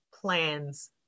plans